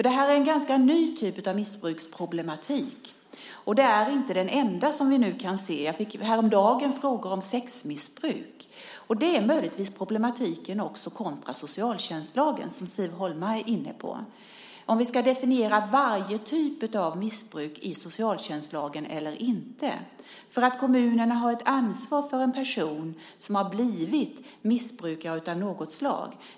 Detta är en ganska ny typ av missbruksproblematik, och det är inte den enda som vi nu kan se. Jag fick häromdagen frågor om sexmissbruk. Det handlar möjligtvis om problematiken kontra socialtjänstlagen, som Siv Holma är inne på. Ska vi definiera varje typ av missbruk i socialtjänstlagen eller inte? Kommunerna har ett ansvar för en person som har blivit missbrukare av något slag.